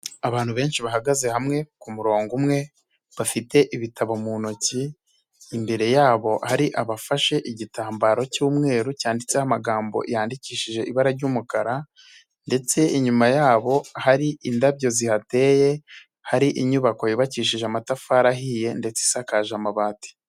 Abantu benshi bahagaze hamwe ku murongo umwe bafite ibitabo mu ntoki, imbere yabo ari abafashe igitambaro cy'umweru cyanditseho amagambo yandikishije ibara ry'umukara ndetse inyuma yabo hari indabyo zihateye, hari inyubako yubakishije amatafari ahiye ndetse isakaje amabati.